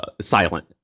silent